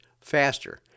faster